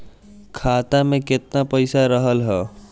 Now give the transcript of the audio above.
खाता में केतना पइसा रहल ह?